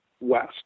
west